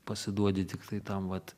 pasiduodi tiktai tam vat